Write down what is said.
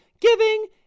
giving